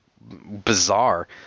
bizarre